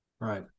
Right